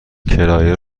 کرایه